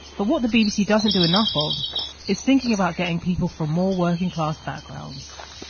but what the bbc doesn't do enough of is thinking about getting people from more working-class backgrounds'